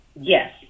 Yes